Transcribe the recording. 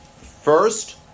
First